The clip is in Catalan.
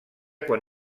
quan